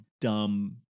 dumb